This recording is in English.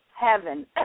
heaven